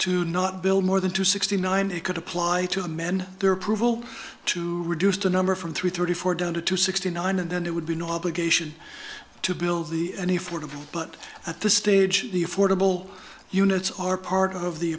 to not build more than two sixty nine they could apply to amend their approval to reduce the number from three thirty four down to two sixty nine and then there would be no obligation to build the ne for them but at this stage the affordable units are part of the